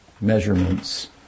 measurements